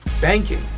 banking